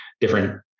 different